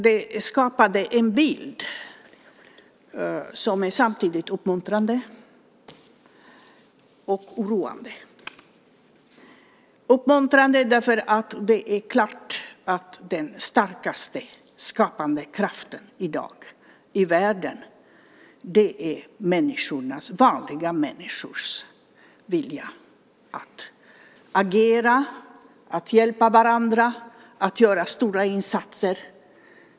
Det skapade en bild som är samtidigt uppmuntrande och oroande. Den är uppmuntrande därför att det är klart att den starkaste skapande kraften i världen i dag är vanliga människors vilja att agera, hjälpa varandra och göra stora insatser.